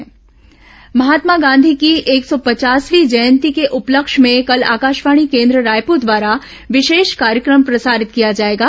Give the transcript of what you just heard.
विशेष कार्यक्रम महात्मा गांधी की एक सौ पचासवीं जयंती के उपलक्ष्य में कल आकाशवाणी केन्द्र रायपुर द्वारा विशेष कार्यक्रम प्रसारित किया जाएगा